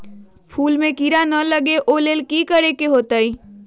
फूल में किरा ना लगे ओ लेल कि करे के होतई?